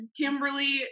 Kimberly